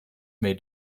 may